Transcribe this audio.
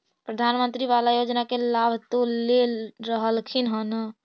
प्रधानमंत्री बाला योजना के लाभ तो ले रहल्खिन ह न?